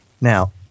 Now